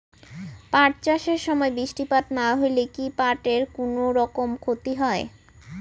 পাট চাষ এর সময় বৃষ্টিপাত না হইলে কি পাট এর কুনোরকম ক্ষতি হয়?